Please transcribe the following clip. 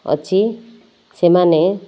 ଅଛି ସେମାନେ